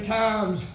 times